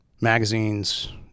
magazines